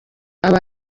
aba